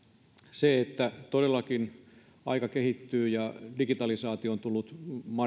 se että todellakin aika kehittyy ja digitalisaatio on tullut